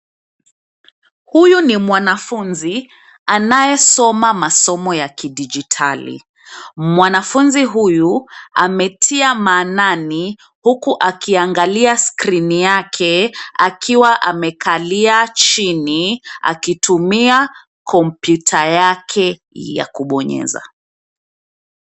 Huyu ni mwanafunzi anayesoma masomo ya kijiditali. Mwanafunzi huyu ametia maanani, huku akiangalia skrini yake akiwa amekalia chini, akitumia kompyuta yake ya kubonyeza.